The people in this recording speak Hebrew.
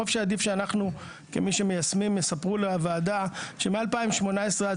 שאנחנו כמי שמיישמים יספרו לוועדה שמ-2018 עד